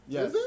Yes